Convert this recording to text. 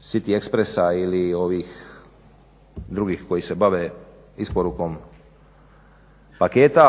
City expressa ili ovih drugih koji se bave isporukom paketa